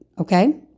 Okay